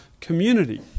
community